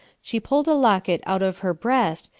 she pulled a locket out of her breast,